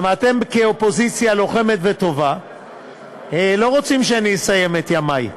כי אתם כאופוזיציה לוחמת וטובה לא רוצים שאני אסיים את ימי.